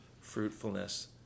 fruitfulness